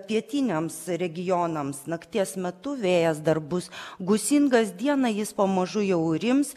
pietiniams regionams nakties metu vėjas dar bus gūsingas dieną jis pamažu jau rims